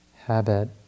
habit